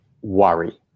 worry